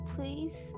Please